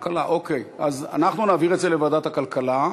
אז אנחנו נעביר את זה לוועדת הכלכלה,